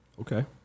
Okay